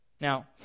Now